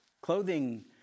Clothing